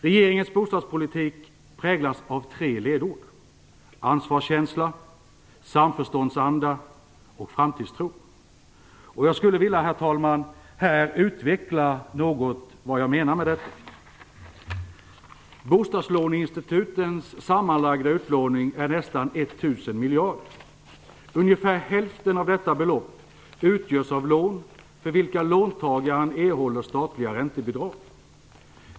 Regeringens bostadspolitik präglas av tre ledord: ansvarskänsla, samförståndsanda och framtidstro. Jag skulle, herr talman, här vilja utveckla något vad jag menar med detta. Bostadslåneinstitutens sammanlagda utlåning är nästan 1 000 miljarder. Ungefär hälften av detta belopp utgörs av lån för vilka låntagaren erhåller statliga räntebidrag.